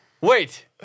Wait